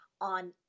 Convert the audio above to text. on